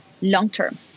long-term